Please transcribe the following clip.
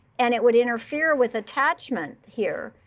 and it would interfere with attachment here,